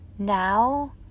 Now